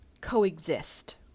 coexist